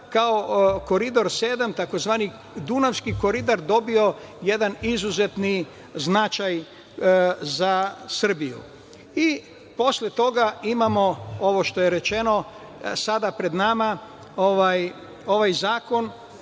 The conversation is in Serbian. kao Koridor sedam, tzv. Dunavski koridor dobio jedan izuzetni značaj za Srbiju. Posle toga imamo ovo što je rečeno sada pred nama ove izmene